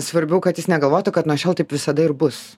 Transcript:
svarbiau kad jis negalvotų kad nuo šiol taip visada ir bus